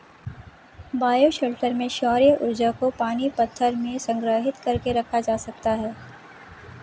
bioshelter में सौर्य ऊर्जा को पानी पत्थर में संग्रहित कर के रखा जाता है